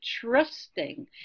trusting